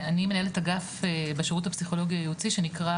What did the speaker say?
אני מנהלת אגף בשירות הפסיכולוגי הייעוצי שנקרא,